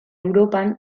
europan